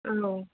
औ